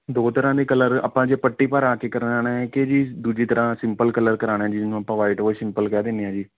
ਦੋ ਤਰ੍ਹਾਂ ਦੇ ਕਲਰ ਆਪਾਂ ਜੇ ਪੱਟੀ ਭਰਾ ਕੇ ਕਰਾਉਣਾ ਹੈ ਕਿ ਜੀ ਦੂਜੀ ਤਰ੍ਹਾਂ ਸਿੰਪਲ ਕਲਰ ਕਰਾਉਣਾ ਜੀ ਜਿਹਨੂੰ ਆਪਾਂ ਵਾਈਟ ਵਾਸ਼ ਸਿੰਪਲ ਕਹਿ ਦਿੰਦੇ ਹਾਂ ਜੀ